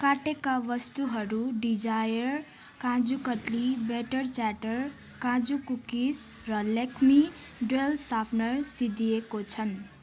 काटेका वस्तुहरू डिजायर काजु कटली ब्याटर च्याटर काजु कुकिज र लेक्मी डुअल सार्पनर सिद्धिएको छन्